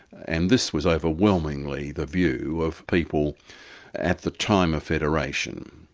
and this was overwhelmingly the view of people at the time of federation.